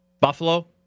Buffalo